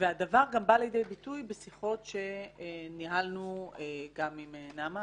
הדבר גם בא לידי ביטוי בשיחות שניהלנו עם נעמה,